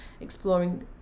exploring